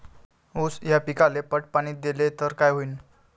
ऊस या पिकाले पट पाणी देल्ल तर काय होईन?